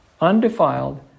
undefiled